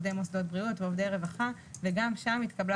עוד כמה נתונים שאנחנו צריכים שהם יהיו משוקפים